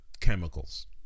chemicals